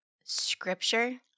Scripture